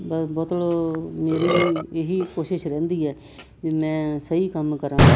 ਮਤਲਬ ਮੇਰੀ ਇਹੀ ਕੋਸ਼ਿਸ਼ ਰਹਿੰਦੀ ਹੈ ਵੀ ਮੈਂ ਸਹੀ ਕੰਮ ਕਰਾਂ